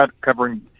covering